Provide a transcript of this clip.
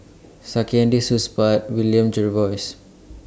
Saktiandi Supaat William Jervois